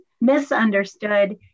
misunderstood